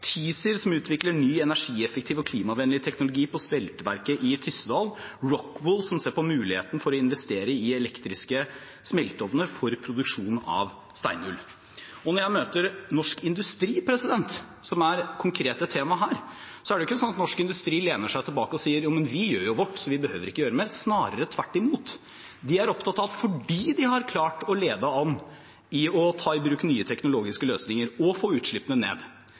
som utvikler ny energieffektiv og klimavennlig teknologi på smelteverket i Tyssedal, og Rockwool, som ser på muligheten for å investere i elektriske smelteovner for produksjon av steinull. Når jeg møter norsk industri, som er det konkrete temaet her, er det ikke slik at norsk industri lener seg tilbake og sier: «Vi gjør vårt, så vi behøver ikke gjøre noe mer.» Snarere tvert imot – de er opptatt av, fordi de har klart å lede an i å ta i bruk nye teknologiske løsninger og få utslippene ned,